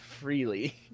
freely